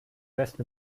wespe